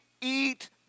eat